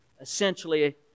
essentially